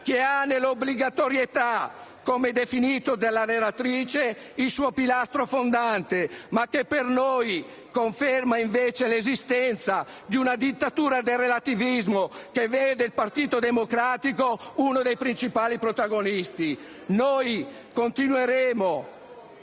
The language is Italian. che ha nell'obbligatorietà - come definito dalla relatrice - il suo pilastro fondante, ma che per noi invece conferma l'esistenza di una dittatura del relativismo che vede il Partito Democratico uno dei principali protagonisti. *(Commenti del